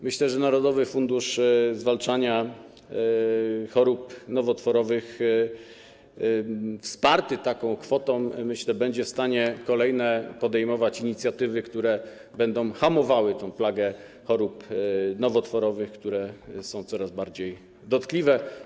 Myślę, że Narodowy Fundusz Zwalczania Chorób Nowotworowych wsparty taką kwotą będzie w stanie podejmować kolejne inicjatywy, które będą hamowały plagę chorób nowotworowych, które są coraz bardziej dotkliwe.